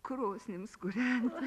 krosnims kūrenti